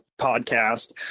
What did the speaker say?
podcast